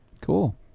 Cool